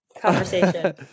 conversation